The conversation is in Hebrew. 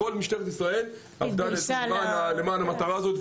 כל משטרת ישראל התגייסה למען המטרה הזאת,